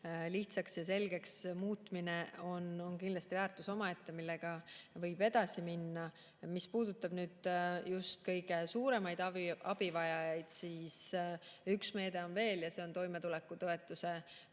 lihtsaks ja selgeks muutmine on kindlasti väärtus omaette, millega võib edasi minna. Mis puudutab kõige suuremaid abivajajaid, siis üks meede on veel: see on toimetulekutoetuse